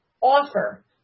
offer